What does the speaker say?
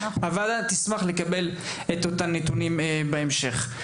הוועדה תשמח לקבל את אותם נתונים בהמשך.